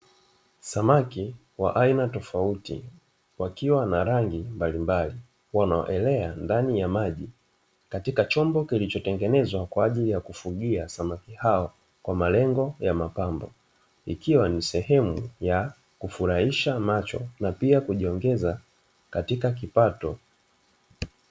Samaki wa aina tofauti wakiwa na rangi mbalimbali wanaoelea ndani ya maji katika chombo kilichotengenezwa kwa ajili ya kufugia samaki hao kwa malengo ya mapambo, ikiwa ni sehemu ya kufurahisha macho na pia kujiongeza katika kipato.